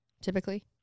Typically